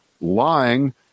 lying